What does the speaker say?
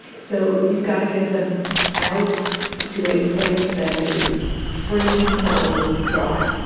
so you've got to get them out to a place that is freezing cold but dry.